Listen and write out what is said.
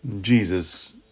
Jesus